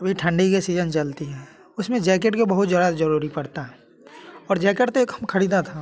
अभी ठंडी के सीजन चलती है उसमें जैकेट के बहुत ज़्यादा जरुरी पड़ता और जैकेट तो एक हम खरीदा था